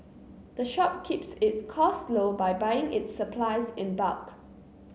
the shop keeps its costs low by buying its supplies in bulk